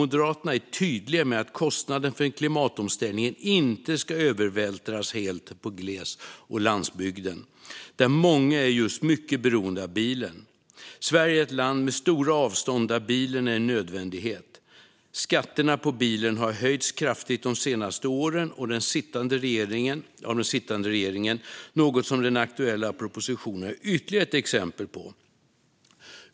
Moderaterna är tydliga med att kostnaden för klimatomställningen inte ska övervältras helt på gles och landsbygden, där många är mycket beroende av bilen. Sverige är ett land med stora avstånd där bilen är en nödvändighet. Skatterna på bilen har höjts kraftigt de senaste åren av den sittande regeringen, vilket den aktuella propositionen är ytterligare ett exempel på.